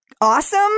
awesome